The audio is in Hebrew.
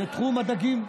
וזה תחום הדגים.